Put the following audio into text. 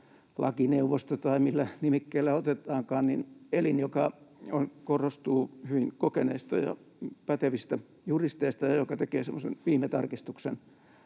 lakineuvosto, tai millä nimikkeellä otetaankaan, elin, joka koostuu hyvin kokeneista ja pätevistä juristeista ja joka tekee semmoisen viimetarkistuksen